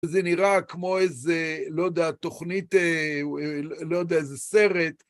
וזה נראה כמו איזה, לא יודע, תוכנית אאא לא יודע, איזה סרט.